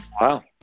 Wow